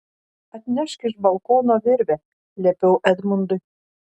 atnešk iš balkono virvę liepiau edmundui